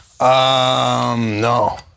no